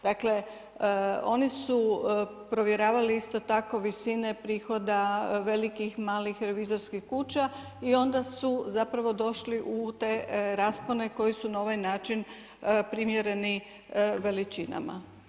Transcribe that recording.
Dakle oni su provjeravali isto tako visine prihoda velikih, malih revizorskih kuća i onda su zapravo došli u te raspone koji su na ovaj način primjereni veličinama.